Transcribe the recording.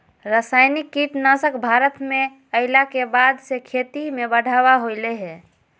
रासायनिक कीटनासक भारत में अइला के बाद से खेती में बढ़ावा होलय हें